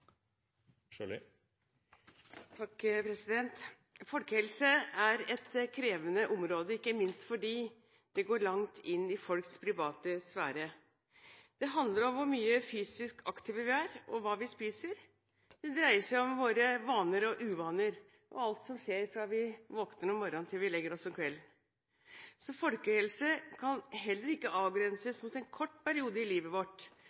folks private sfære. Det handler om hvor mye fysisk aktive vi er og hva vi spiser. Det dreier seg om våre vaner og uvaner og alt som skjer fra vi våkner om morgenen til vi legger oss om kvelden. Folkehelse kan heller ikke avgrenses til en kort periode av livet vårt.